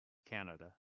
canada